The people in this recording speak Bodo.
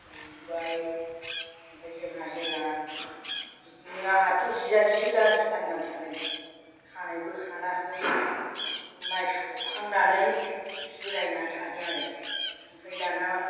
बुबाय ओमफ्राय जोंहा हेला बिदिनो आहाथ' जिया जि गारजि गाननानै थादों खानायबो खानाखै माइ सौखांनानै जिरायनानै थादों आरो ओमफ्राय दाना